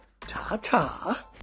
Ta-ta